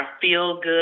feel-good